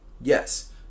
Yes